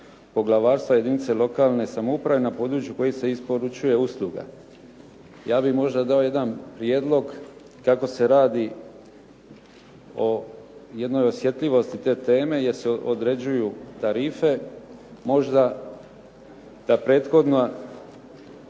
poglavarstva jedinice lokalne samouprave na području kojih se isporučuje usluga. Ja bih možda dao jedan prijedlog kako se radi o jednoj osjetljivosti te teme jer se određuju tarife možda da prethodna